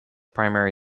primary